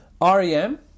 REM